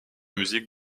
musique